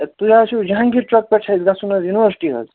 تُہۍ حظ چھُو جہنگیٖر چۄکہٕ پٮ۪ٹھ چھِ اَسہِ گژھُن حظ یُنورسٹی حظ